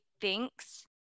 thinks